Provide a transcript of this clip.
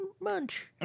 munch